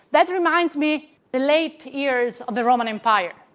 that reminds me the late years of the roman empire.